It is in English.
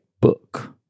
book